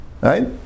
Right